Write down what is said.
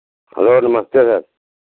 hello नमस्ते sir